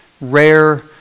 rare